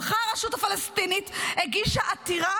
הלכה הרשות הפלסטינית והגישה עתירה